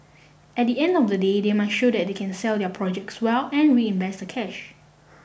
at the end of the day they must show that they can sell their projects well and reinvest the cash